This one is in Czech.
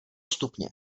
stupně